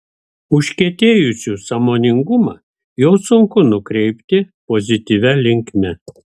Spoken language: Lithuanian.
užkietėjusių sąmoningumą jau sunku nukreipti pozityvia linkme